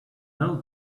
old